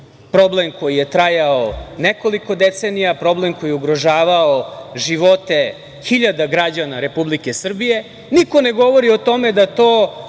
problem koji je trajao nekoliko decenija, problem koji je ugrožavao živote hiljada građana Republike Srbije. Niko ne govori o tome da to